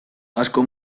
asko